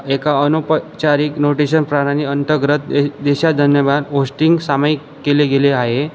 एका अनौपचारिक नोटेशन प्रणाली अंतर्गत दे देशात होश्टिंग सामाईक केले गेले आहे